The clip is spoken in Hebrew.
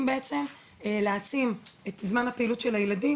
בעצם להעצים את זמן הפעילות של הילדים.